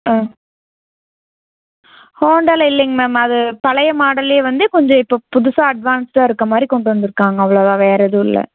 ஆ ஹோண்டாலே இல்லைங்க மேம் அது பழைய மாடல்லே வந்து கொஞ்சம் இப்போ புதுசாக அட்வான்ஸ்டா இருக்க மாதிரி கொண்டு வந்துருக்காங்க அவ்வளோ தான் வேறு எதுவும் இல்லை